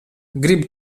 gribu